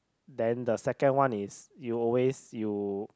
then the second one is you always you